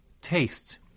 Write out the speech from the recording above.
taste